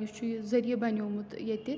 یُس چھُ یہِ ذٔریعہِ بَنومُت ییٚتہِ